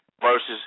versus